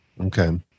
Okay